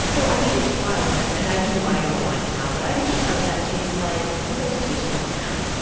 oh, i need to try what that. and i do, i am a wine snob, but i need to try what that tastes like. and those tastes don't count.